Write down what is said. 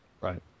Right